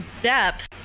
depth